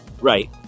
Right